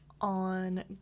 on